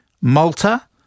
Malta